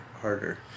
harder